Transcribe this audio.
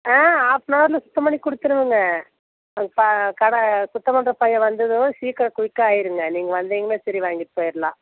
ah half an அவரில் சுத்தம் பண்ணி கொடுத்துடுவோங்க அங்கே கடை சுத்தம் பண்ணுற பையன் வந்ததும் சீக்கிரம் குயிக்காக ஆகிடுங்க நீங்கள் வந்தீங்கன்னா சரி வாங்கிகிட்டு போயிடலாம்